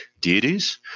deities